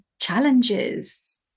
challenges